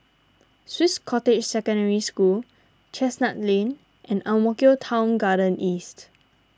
Swiss Cottage Secondary School Chestnut Lane and Ang Mo Kio Town Garden East